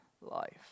life